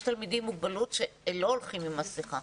יש תלמידים עם מוגבלות שלא הולכים עם מסכה.